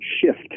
shift